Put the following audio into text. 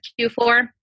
Q4